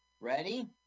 Ready